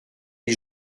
les